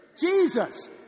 Jesus